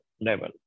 level